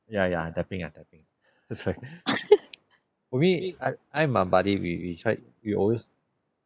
ya ya I'm tapping I'm tapping so sorry for me I and my buddy we we tried we always